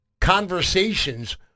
Conversations